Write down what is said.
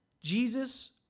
Jesus